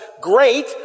great